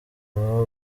baba